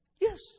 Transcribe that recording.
Yes